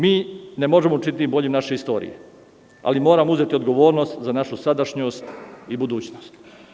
Mi ne možemo učiniti boljom našu istoriju, ali moramo uzeti odgovornost za našu sadašnjost i budućnost.